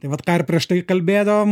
vat ką ir prieš tai kalbėjom